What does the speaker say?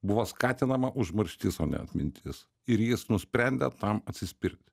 buvo skatinama užmarštis o ne atmintis ir jis nusprendė tam atsispirti